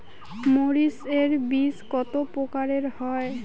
মরিচ এর বীজ কতো প্রকারের হয়?